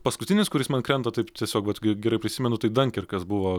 paskutinis kuris man krenta taip tiesiog ger gerai prisimenu tai dankerkas buvo